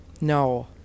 No